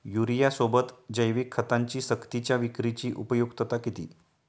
युरियासोबत जैविक खतांची सक्तीच्या विक्रीची उपयुक्तता किती?